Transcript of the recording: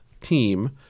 team